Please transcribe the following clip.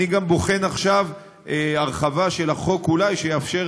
אני גם בוחן עכשיו הרחבה של החוק, אולי, שיאפשר